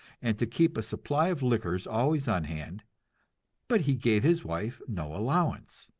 and to keep a supply of liquors always on hand but he gave his wife no allowance,